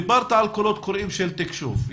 דיברת על קולות קוראים של תקשוב,